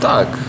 Tak